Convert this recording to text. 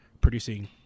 producing